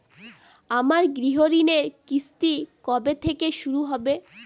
আমার গৃহঋণের কিস্তি কবে থেকে শুরু হবে?